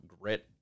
grit